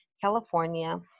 California